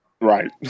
right